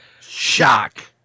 Shock